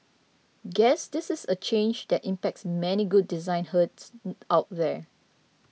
guess this is a change that impacts many good design herds out there